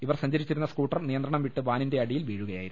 ഇവർ സഞ്ചരിച്ചിരുന്ന സ്കൂട്ടർ നിയന്ത്രണം വിട്ട് വാനിന്റെ അടിയിൽ വീഴുകയായിരുന്നു